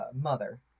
mother